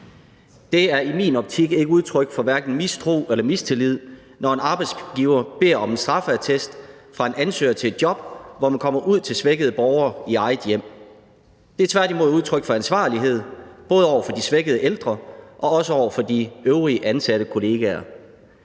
Det er i min optik hverken udtryk for mistro eller mistillid, når en arbejdsgiver beder om en straffeattest fra en ansøger til et job, hvor man kommer ud til svækkede borgere i eget hjem. Det er tværtimod udtryk for ansvarlighed, både over for de svækkede ældre og over for de øvrige ansatte kollegaer.